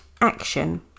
ACTION